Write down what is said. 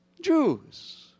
Jews